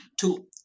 two